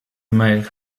might